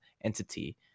entity